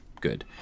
good